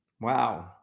wow